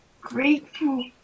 grateful